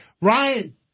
Ryan